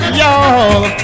y'all